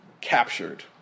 captured